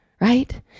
right